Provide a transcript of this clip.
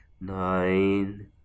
Nine